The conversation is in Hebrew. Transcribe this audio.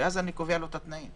ואז נקבע לו את התנאים.